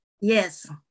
yes